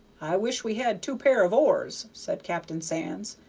i wish we had two pair of oars, said captain sands.